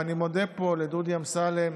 ואני מודה פה לדודי אמסלם,